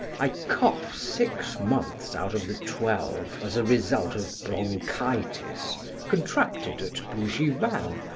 i cough six months out of the twelve as a result of bronchitis contracted at bougival,